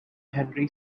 henry